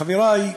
חברי,